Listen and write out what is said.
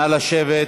נא לשבת.